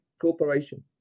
corporation